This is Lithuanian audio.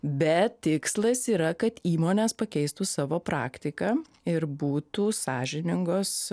bet tikslas yra kad įmonės pakeistų savo praktiką ir būtų sąžiningos